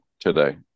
Today